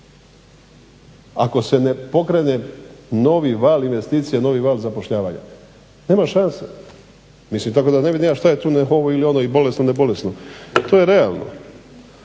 Ako se ne pokrene novi val investicija, novi val zapošljavanja nema šanse. Mislim tako da ne vidim ja što je tu ovo ili ono, bolesno, ne bolesno. To je realno.